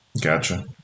Gotcha